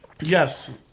yes